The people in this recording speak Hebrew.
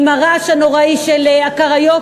עם הרעש הנוראי של הקריוקי,